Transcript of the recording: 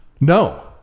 No